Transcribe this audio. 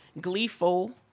gleeful